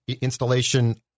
installation